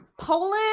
Poland